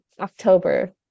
October